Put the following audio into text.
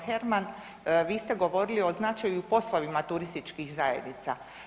Herman, vi ste govorili o značaju poslovima turističkih zajednica.